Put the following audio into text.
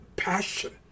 passion